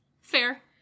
Fair